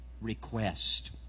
request